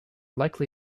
likely